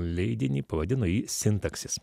leidinį pavadino jį sintaksis